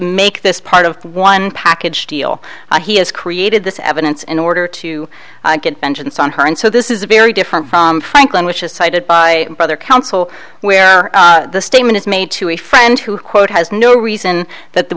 make this part of one package deal he has created this evidence in order to get vengeance on her and so this is a very different franklin which is cited by other counsel where the statement is made to a friend who quote has no reason that th